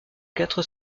quatre